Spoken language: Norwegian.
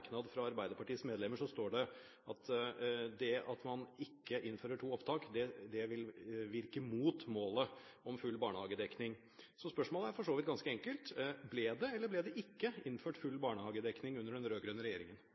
fra Arbeiderpartiets medlemmer at det at man ikke innfører to opptak, vil virke mot målet om full barnehagedekning. Spørsmålet er for så vidt ganske enkelt: Ble det eller ble det ikke innført full barnehagedekning under den rød-grønne regjeringen?